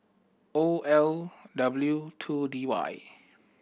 O L W two D Y